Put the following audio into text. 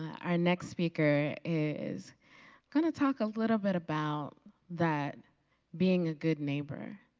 our next speaker is going to talk a little bit about that being a good neighbor,